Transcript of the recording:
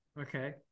okay